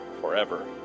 forever